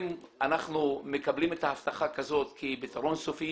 אם אנחנו מקבלים את ההבטחה הזאת כפתרון סופי